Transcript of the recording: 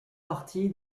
parti